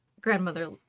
grandmother